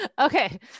Okay